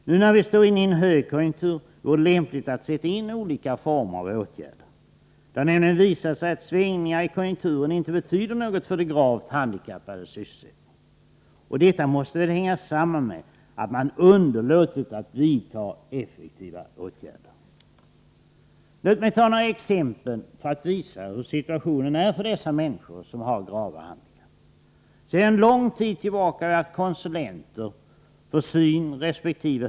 Nu när vi står inne i en högkonjunktur vore det lämpligt att sätta in olika former av åtgärder. Det har nämligen visat sig att svängningar i konjunkturen inte betyder något för de gravt handikappades sysselsättning, och detta måste väl hänga samman med att man underlåtit att vidta effektiva åtgärder. Låt mig ta några exempel för att visa hur situationen är för dessa människor, som har grava handikapp. Sedan lång tid tillbaka har vi haft konsulenter för synresp.